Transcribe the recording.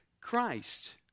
Christ